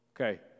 Okay